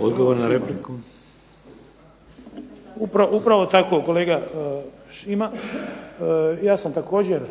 Ivan (HDZ)** Upravo tako kolega Šima. Ja sam također